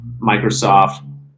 Microsoft